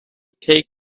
take